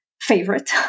Favorite